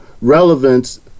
relevance